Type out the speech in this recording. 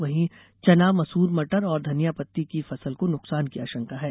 वहीं चना मसूर मटर और धनिया पत्ती की फसल को नुकसान की आशंका है